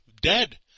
dead